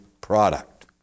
product